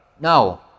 No